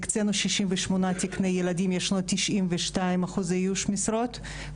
הקצינו 68 תקני ילדים, יש לנו 92% איוש משרות.